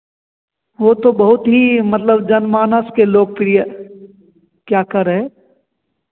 वह तो बहुत ही मतलब जनमानस के लोकप्रिय क्या कह रहे